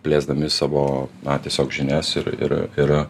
plėsdami savo na tiesiog žinias ir ir ir